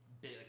big